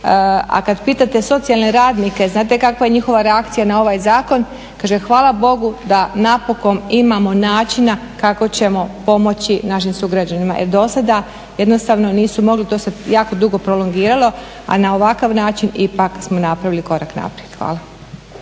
A kad pitate socijalne radnike, znate kakva je njihova reakcija na ovaj zakona? Kaže, hvala Bogu da napokon imamo načina kako ćemo pomoći našim sugrađanima jer do sada jednostavno nisu mogli, to se jako dugo prolongiralo, a na ovakav način ipak smo napravili korak naprijed. Hvala.